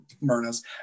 myrna's